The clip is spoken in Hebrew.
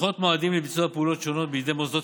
לדחות מועדים לביצוע פעולות שונות בידי מוסדות